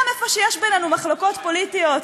גם במקום שיש בינינו מחלוקות פוליטיות,